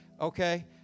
Okay